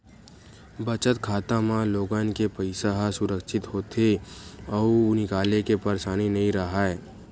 बचत खाता म लोगन के पइसा ह सुरक्छित होथे अउ निकाले के परसानी नइ राहय